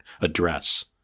address